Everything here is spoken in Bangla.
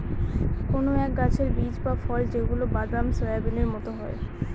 কোনো এক গাছের বীজ বা ফল যেগুলা বাদাম, সোয়াবিনের মতো হয়